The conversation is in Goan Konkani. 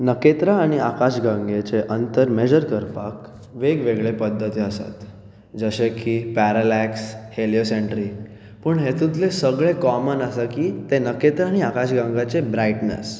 नकेत्रां आनी आकाशगंगेचे अंतर मेजर करपाक वेगवेगळे पध्दती आसात जशे की पेरेलेक्स हेलियोसेंटरीक पूण हेतुंतलें सगळे काॅमन आसा की तें नखेत्रां आनी आकाश गंगेचें ब्रायट्नस